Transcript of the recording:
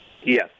Yes